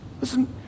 Listen